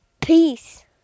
peace